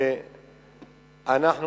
שאנחנו